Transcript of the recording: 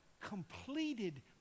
completed